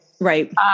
Right